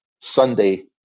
Sunday